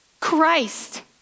Christ